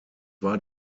war